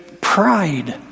pride